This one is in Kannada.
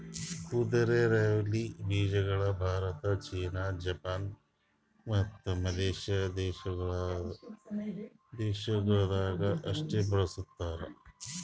ಕುದುರೆರೈವಲಿ ಬೀಜಗೊಳ್ ಭಾರತ, ಚೀನಾ, ಜಪಾನ್, ಮತ್ತ ಮಲೇಷ್ಯಾ ದೇಶಗೊಳ್ದಾಗ್ ಅಷ್ಟೆ ಬೆಳಸ್ತಾರ್